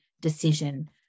decision